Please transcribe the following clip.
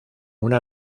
una